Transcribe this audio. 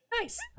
nice